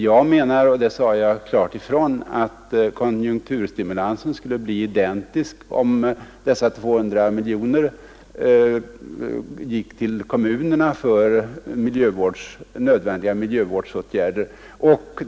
Jag menar — och det sade jag också klart ifrån — att konjunkturstimulansen skulle bli identiskt densamma om dessa 200 miljoner gick till kommunerna för nödvändiga miljövårdsåtgärder.